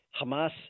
Hamas